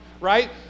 right